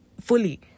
fully